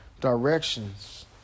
directions